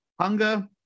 hunger